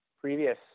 previous